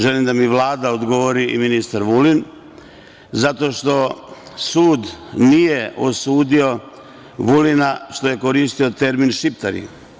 Želim da mi Vlada odgovori i ministar Vulin, zato što sud nije osudio Vulina što je koristio termin „Šiptari“